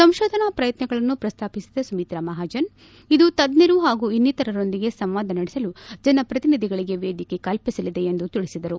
ಸಂಶೋಧನಾ ಪ್ರಯತ್ನಗಳನ್ನು ಪ್ರಸ್ತಾಪಿಸಿದ ಸುಮಿತ್ತಾ ಮಹಾಜನ್ ಇದು ತಜ್ಞರು ಹಾಗೂ ಇನ್ನಿತರರೊಂದಿಗೆ ಸಂವಾದ ನಡೆಸಲು ಜನಪ್ರತಿನಿಧಿಗಳಿಗೆ ವೇದಿಕೆ ಕಲ್ಪಿಸಲಿದೆ ಎಂದು ತಿಳಿಸಿದರು